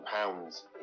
pounds